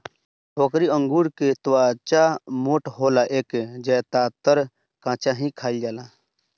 भोकरी अंगूर के त्वचा मोट होला एके ज्यादातर कच्चा ही खाईल जाला